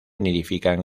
nidifican